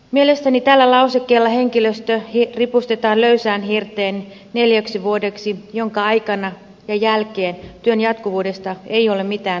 mielestäni tällä lausekkeella henkilöstö ripustetaan löysään hirteen neljäksi vuodeksi jonka aikana ja jälkeen työn jatkuvuudesta ei ole mitään takuuta